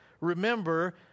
remember